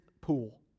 pool